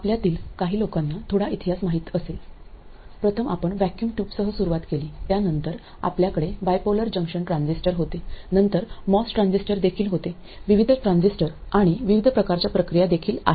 आपल्यातील काही लोकांना थोडा इतिहास माहिती असेल प्रथम आपण व्हॅक्यूम ट्यूबसह सुरुवात केली त्यानंतर आपल्याकडे बायपोलर जंक्शन ट्रान्झिस्टर होते नंतर मॉस ट्रान्झिस्टर देखील होते विविध ट्रान्झिस्टर आणि विविध प्रकारच्या प्रक्रिया देखील आहेत